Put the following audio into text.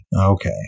Okay